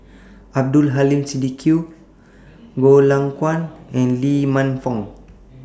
Abdul Aleem Siddique Goh Lay Kuan and Lee Man Fong